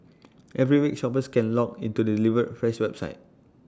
every week shoppers can log into the delivered fresh website